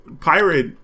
pirate